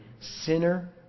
sinner